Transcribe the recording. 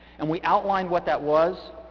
and we outlined what that was.